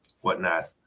whatnot